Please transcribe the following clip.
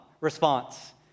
response